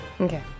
Okay